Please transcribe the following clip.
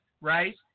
right